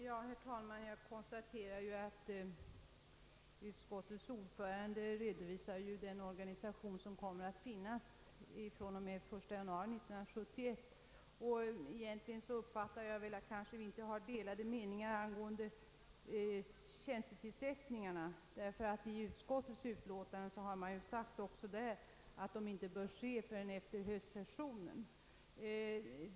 Herr talman! Jag konstaterar att utskottets ordförande redovisade den organisation som kommer att finnas från och med den 1 januari 1971. Kanske vi egentligen inte har delade meningar angående tjänstetillsättningarna. Även i utskottets utlåtade har sagts att tillsättningarna inte bör ske förrän under höstsessionen.